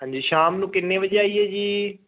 ਹਾਂਜੀ ਸ਼ਾਮ ਨੂੰ ਕਿੰਨੇ ਵਜੇ ਆਈਏ ਜੀ